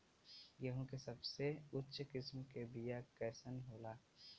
गेहूँ के सबसे उच्च किस्म के बीया कैसन होला?